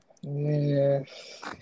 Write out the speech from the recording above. Yes